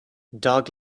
dog